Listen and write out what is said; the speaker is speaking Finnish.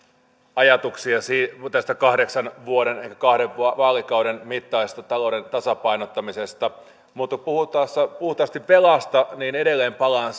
ajatuksia tästä kahdeksan vuoden elikkä kahden vaalikauden mittaisesta talouden tasapainottamisesta mutta puhuttaessa puhtaasti velasta edelleen palaan